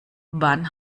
wann